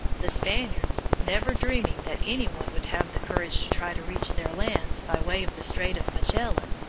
the spaniards, never dreaming that any one would have the courage to try to reach their lands by way of the strait of magellan,